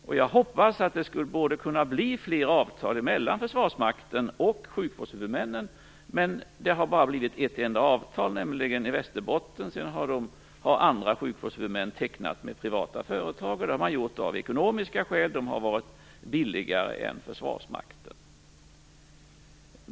Jag hade hoppats att det skulle ha tecknats fler avtal mellan Försvarsmakten och sjukvårdshuvudmännen, men det har bara blivit ett enda avtal, nämligen det i Västerbotten. Andra sjukvårdshuvudmän har tecknat avtal med privata företag. Det har man gjort av ekonomiska skäl, de har varit förmånligare.